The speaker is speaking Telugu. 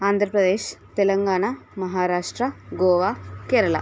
ఆంధ్రప్రదేశ్ తెలంగాణ మహారాష్ట్ర గోవా కేరళ